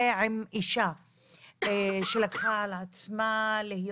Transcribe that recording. ועם אישה שלקחה על עצמה להיות